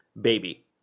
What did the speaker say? baby